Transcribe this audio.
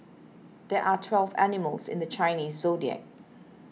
there are twelve animals in the Chinese zodiac